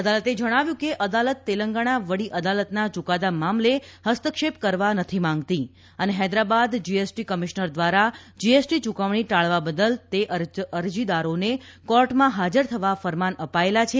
અદાલતે જણાવ્યું ફતું કે અદાલત તેલંગણા વડી અદાલતના ચુકાદા મામલે ફસ્તક્ષેપ કરવા નથી માંગતી અને ફૈદરાબાદ જીએસટી કમિશનર દ્વારા જીએસટી ચુકવણી ટાળવા બદલ તે અરજીદારોને કોર્ટમાં ફાજર થવા ફરમાન અપાયેલા છે